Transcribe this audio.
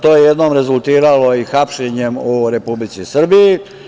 To je jednom rezultiralo i hapšenjem u Republici Srbiji.